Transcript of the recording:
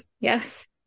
yes